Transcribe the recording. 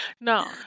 no